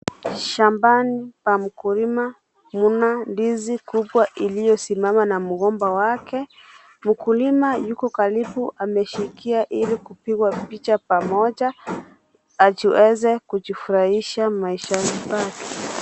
Shambani pa mkulima. Mna ndizi kubwa iliyosimama na mgomba wake. Mkulima yuko karibu amefikia ili kupigwa picha pamoja. Akiweza kujifurahisha maishani pake.